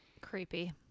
Creepy